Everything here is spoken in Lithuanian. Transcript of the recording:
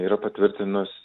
yra patvirtinus